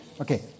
Okay